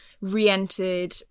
re-entered